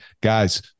guys